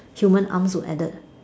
humans arms were added